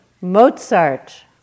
Mozart